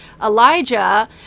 Elijah